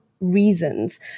reasons